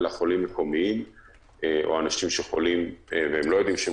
אלא חולים מקומיים או אנשים חולים שלא יודעים שהם